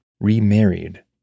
remarried